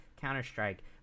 counter-strike